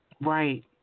Right